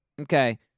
Okay